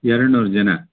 ಎರಡು ನೂರು ಜನ